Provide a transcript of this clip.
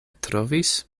trovis